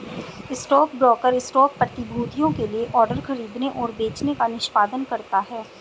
stockbroker stock प्रतिभूतियों के लिए ऑर्डर खरीदने और बेचने का निष्पादन करता है